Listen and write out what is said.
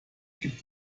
gibt